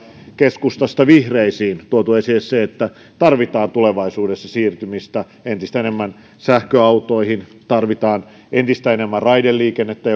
keskustasta vihreisiin tuotu esille se että tarvitaan tulevaisuudessa entistä enemmän siirtymistä sähköautoihin tarvitaan entistä enemmän raideliikennettä